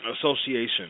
Association